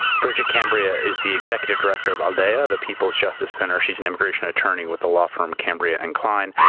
bridget cambria is the executive director of aldea, the people's justice center. she's an immigration attorney with the law firm cambria and kline.